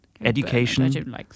education